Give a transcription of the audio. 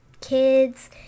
kids